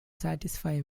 satisfy